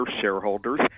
shareholders